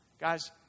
Guys